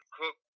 cook